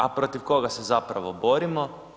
A protiv koga se zapravo borimo?